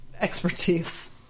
expertise